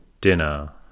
Dinner